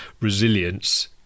resilience